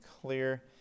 clear